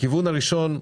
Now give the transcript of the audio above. הכיוונים הראשון,